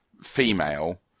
female